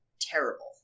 terrible